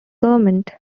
government